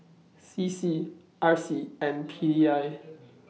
C C R C and P D I